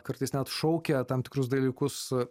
kartais net šaukia tam tikrus dalykus